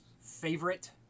favorite